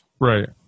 Right